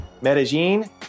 medellin